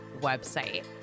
website